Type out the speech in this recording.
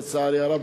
לצערי הרב,